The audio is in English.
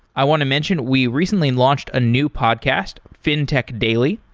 i want to mention, we recently and launched a new podcast, fintech daily.